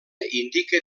indica